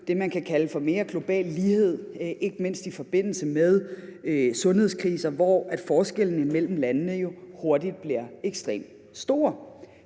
det, man kan kalde for mere global lighed, ikke mindst i forbindelse med en sundhedskrise, hvor forskellene mellem landene jo hurtigt bliver ekstremt store.